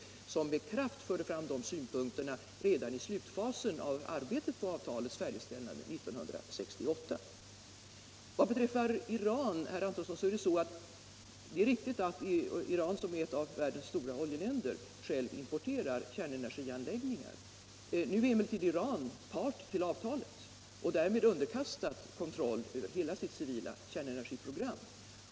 Från indiskt håll förde man nämligen med kraft fram de synpunkterna redan i slutfasen av arbetet på avtalets färdigställande 1968. Vad beträffar Iran, herr Antonsson, är det riktigt att Iran, som är ett av världens stora oljeländer, självt importerar kärnenergianläggningar. Nu är emellertid Iran part i avtalet och därmed underkastat kontroll över hela sitt civila kärnenergiprogram.